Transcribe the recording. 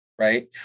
right